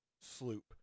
sloop